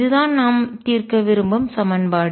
இது தான் நாம் தீர்க்க விரும்பும் சமன்பாடு